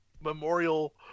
memorial